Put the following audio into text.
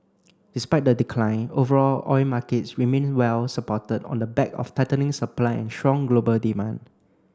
despite the decline overall oil markets remained well supported on the back of tightening supply and strong global demand